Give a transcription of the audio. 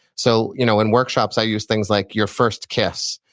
so you know in workshops i use things like your first kiss,